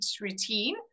routine